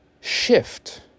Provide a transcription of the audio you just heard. shift